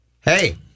Hey